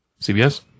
CBS